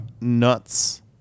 nuts